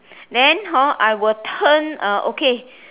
then hor I will turn uh okay